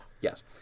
yes